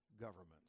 government